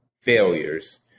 failures